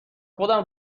خودم